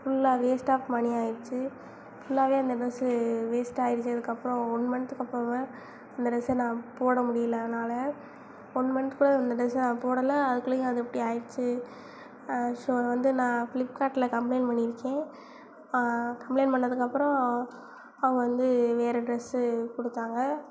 ஃபுல்லாக waste of money ஆயிருச்சு ஃபுல்லாகவே அந்த ட்ரெஸ்ஸு வேஸ்ட்டாயிருச்சு அதுக்கப்புறோம் ஒன் மந்த்க்கு அப்புறமா அந்த ட்ரெஸ் நான் போட முடியிலை அவனால் ஒன் மந்த் கூட அந்த ட்ரெஸ்ஸ நான் போடலை அது குள்ளேயும் அது எப்படி ஆயிருச்சு ஸோ வந்து நான் ஃப்ளிப்கார்ட்டில் கம்ப்ளைன்ட் பண்ணியிருக்கேன் கம்ப்ளைன்ட் பண்ணதுக்கப்புறோம் அவங்க வந்து வேறு ட்ரெஸ்ஸு கொடுத்தாங்க